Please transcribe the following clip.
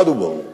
חד וברור